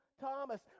Thomas